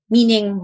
Meaning